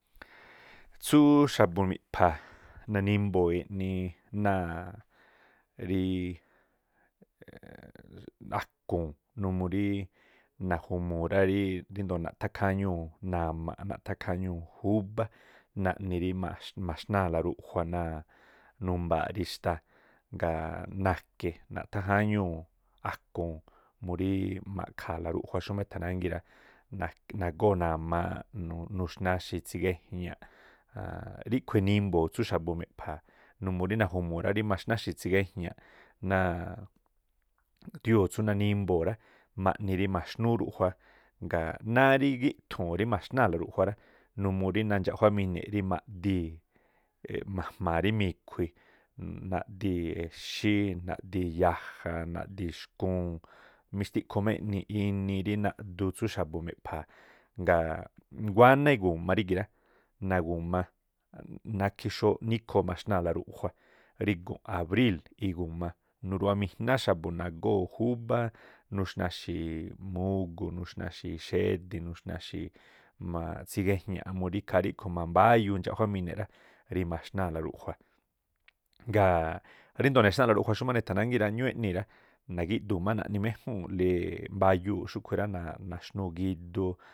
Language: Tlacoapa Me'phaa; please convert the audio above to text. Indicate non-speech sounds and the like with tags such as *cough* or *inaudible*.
Tsúú xa̱bu̱ miꞌpha̱a̱ nanimbo̱o̱ eꞌni náa̱ꞌ ríí *hesitation* aku̱u̱n numuu rí naju̱muu rá ríí ríndoo̱ naꞌthá kháñuu̱ na̱ma̱ꞌ, naꞌthá kháñuu̱ júbá, naꞌni rí maxnáa̱la ruꞌjua náa̱ numbaaꞌ rí xtáa̱, ngaa̱ na̱ke̱ naꞌthá jáñuu̱ aku̱u̱n murí ma̱ꞌkha̱a̱la ruꞌjua, xúmá e̱tha̱ nángíi̱ rá, nagóo̱ na̱maa̱ꞌ nuxnáxi̱ tsigéjña̱ꞌ a̱a̱nꞌ ríkhui̱ enimbo̱o̱ tsú xa̱bu̱ miꞌpha̱a̱ numuu rí naju̱mu̱ rí maxnáxi̱ tsigejña̱ꞌ náa̱ꞌ dióo̱ tsú nanimbo̱o̱ rá, ma̱ꞌni rí maxnúú ruꞌjua, ngaa̱ náá gíꞌthu̱u̱n rí ma̱xnaa̱la ruꞌjua rá, numuu rí nandxaꞌjuámini̱ rí ma̱ꞌdii̱ *hesitation* ma̱jma̱a̱ rí mi̱khui̱, naꞌdii̱ exí, naꞌdii̱ yaja, naꞌdii̱ xkuun, mixtiꞌkhu má inii rí naꞌdu tsú xa̱bu̱ miꞌpha̱a. Ngaa̱ nguáná iguma rígi̱ꞌ rá, nagu̱ma nákhí xóóꞌ níkhoo maxnaa̱la ruꞌjua rí gu̱nꞌ abríl iguma. Nuru̱wamijá xa̱bu̱ nagóo̱ júbá nuxna̱xi̱i̱ mugu̱, nuxna̱xi̱i̱ xedi̱, nuxna̱xi̱i̱ má tsigejña̱ꞌ murí ikhaa ríꞌkhu̱ mambáyuu indxaꞌjuámine̱ꞌ rá rí maxnáa̱la ruꞌjua. Ngaa̱ ríndoo̱ nexnáa̱la ruꞌjua rá, xúmá ne̱tha̱ nángii̱ rá, ñúúꞌ eꞌnii̱ rá, nagíꞌdu̱u̱ má naꞌni méjúu̱nꞌle mbayuu̱ꞌ xúꞌkhui̱ rá, naxnúu̱ gidu.